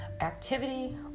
Activity